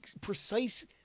precise